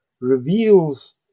reveals